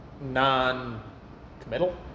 non-committal